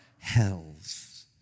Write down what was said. Hells